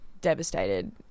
devastated